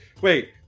Wait